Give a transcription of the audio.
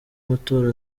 amatora